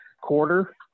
quarter